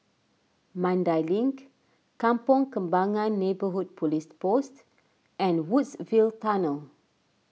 Mandai Link Kampong Kembangan Neighbourhood Police Post and Woodsville Tunnel